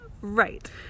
Right